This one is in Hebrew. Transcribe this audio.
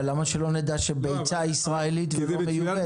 אבל למה שלא נדע שביצה היא ישראלית ולא מיובאת?